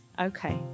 Okay